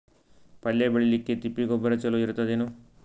ಪಲ್ಯ ಬೇಳಿಲಿಕ್ಕೆ ತಿಪ್ಪಿ ಗೊಬ್ಬರ ಚಲೋ ಇರತದೇನು?